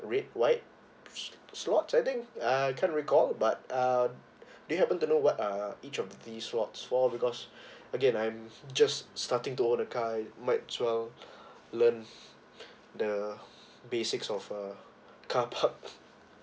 red white slots I think uh I can't recall but um they happen to know what are each of the lots for because again I'm just starting to own a car I might as well learn the basics of a car park